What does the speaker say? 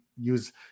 use